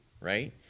right